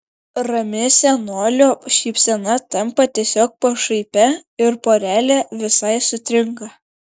rami senolio šypsena tampa tiesiog pašaipia ir porelė visai sutrinka